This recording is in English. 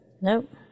Nope